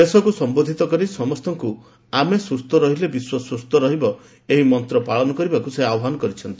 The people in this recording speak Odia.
ଦେଶକୁ ସମ୍ଭୋଧିତ କରି ସମ୍ତଙ୍କୁ 'ଆମେ ସୁସ୍କ ରହିଲେ ବିଶ୍ୱ ସୁସ୍କ ରହିବ' ଏହି ମନ୍ତ ପାଳନ କରିବାକୁ ଆହ୍ବାନ ଦେଇଛନ୍ତି